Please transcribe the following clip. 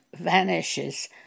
vanishes